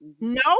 No